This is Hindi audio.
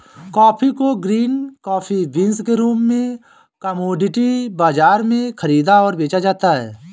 कॉफी को ग्रीन कॉफी बीन्स के रूप में कॉमोडिटी बाजारों में खरीदा और बेचा जाता है